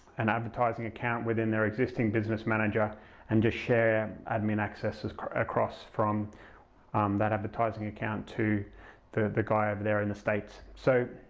an advertising account within their existing business manager and just share admin access across from that advertising account to the the guy over there in the states. so